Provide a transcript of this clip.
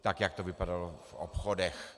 Tak, jak to vypadalo v obchodech.